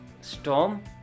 storm